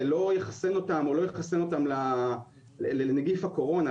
לא יחסן אותם לנגיף הקורונה,